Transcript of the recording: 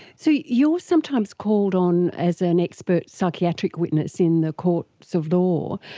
so you're sometimes called on as an expert psychiatric witness in the courts so of law.